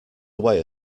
away